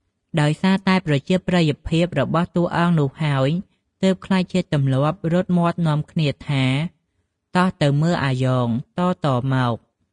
ដោយសារតែប្រជាប្រិយភាពរបស់តួអង្គនោះហើយ ទើបក្លាយជាទម្លាប់រត់មាត់នាំគ្នាថា “តោះទៅមើលអាយ៉ង” តៗមក ។